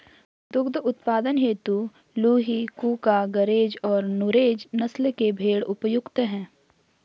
दुग्ध उत्पादन हेतु लूही, कूका, गरेज और नुरेज नस्ल के भेंड़ उपयुक्त है